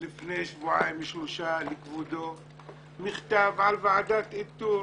במכתב לפני שבועיים-שלושה לכבודו על ועדת איתור,